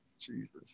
Jesus